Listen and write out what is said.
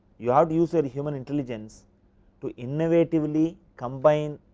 you have to use your human intelligence to innovatively combined